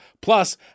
Plus